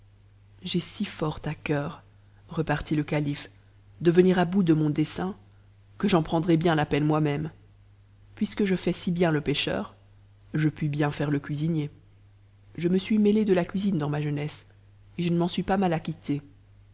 j'ai si fort à cœur repartit le cali fe de venir à bout de mon dessein que j'en prendrai bien la peine moi-même puisque je fais si bien le p cheur je puis bien faire le cuisinier je me suis méié de la cuisine dnns ma jeunesse et je ne m'en suis pas mal acquitte